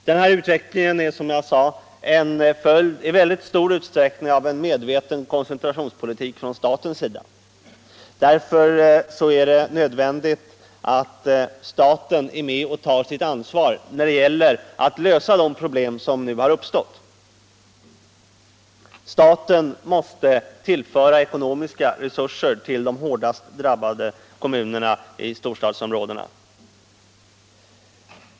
Denna utveckling är, som jag sade, i mycket stor utsträckning en följd av en medveten koncentrationspolitik från statens sida. Därför är det nödvändigt att staten är med och tar sitt ansvar när det gäller att lösa de problem som nu har uppstått. Staten måste tillföra ekonomiska resurser till de hårdast drabbade kommunerna i storstadsområdena.